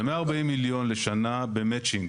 זה 140 מיליון לשנה במ'צינג.